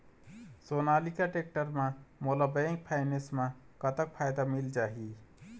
Sonalika tractor म मोला bank finance म कतक फायदा मिल जाही?